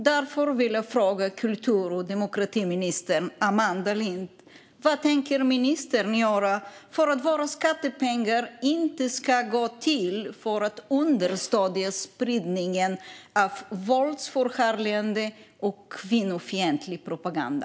Därför vill jag fråga kultur och demokratiminister Amanda Lind: Vad tänker ministern göra för att våra skattepengar inte ska gå till att understödja spridningen av våldsförhärligande och kvinnofientlig propaganda?